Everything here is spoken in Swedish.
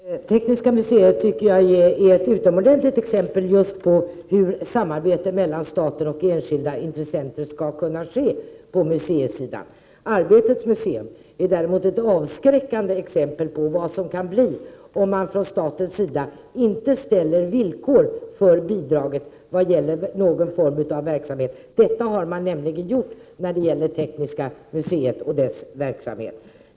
Herr talman! Tekniska museet är ett utomordentligt exempel på hur samarbete mellan staten och enskilda intressenter skall kunna ske på museisidan. Arbetets museum är däremot ett avskräckande exempel på vad som kan bli följden, om man från statens sida inte ställer villkor för bidraget beträffande någon form av verksamhet. Detta har man nämligen gjort när det gäller Tekniska museet.